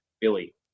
Billy